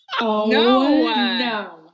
No